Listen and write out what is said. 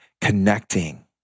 connecting